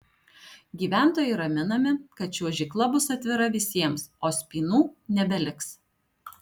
gyventojai raminami kad čiuožykla bus atvira visiems o spynų nebeliks